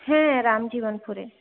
হ্যাঁ রামজীবনপুরে